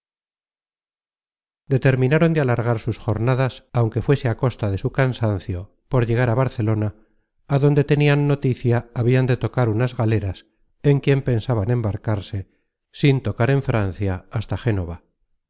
determinaron de alargar sus jornadas aunque fuese á costa de su cansancio por llegar a barcelona adonde tenian noticia habian de tocar unas galeras en quien pensaban embarcarse sin tocar en francia hasta génova